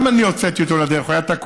גם, אני הוצאתי אותו לדרך, הוא היה תקוע.